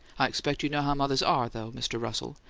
i expect you know how mothers are, though, mr. russell.